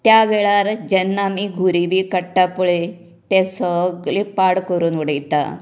त्या वेळार जेन्ना आमी घुरी बी काडटा पळय तें सगळें पाड करून उडयता